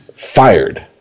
Fired